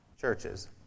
churches